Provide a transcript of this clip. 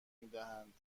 میدهند